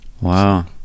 Wow